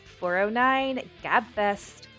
409-GABFEST